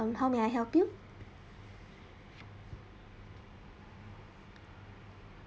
um how may i help you